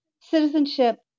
Citizenship